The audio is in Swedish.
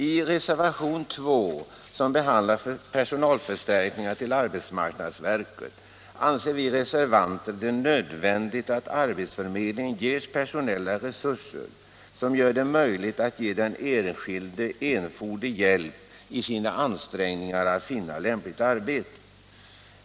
I reservationen 2, som behandlar personalförstärkning till arbetsmarknadsverket, anser vi reservanter att det är nödvändigt att arbetsförmedlingen ges personella resurser som gör det möjligt att ge den enskilde erforderlig hjälp i ansträngningarna att finna lämpligt arbete.